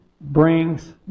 brings